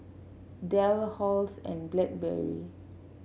Dell Halls and Blackberry